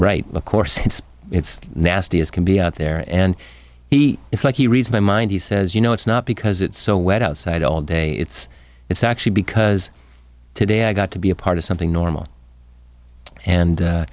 right of course it's nasty as can be out there and he it's like he reads my mind he says you know it's not because it's so wet outside all day it's it's actually because today i got to be a part of something normal and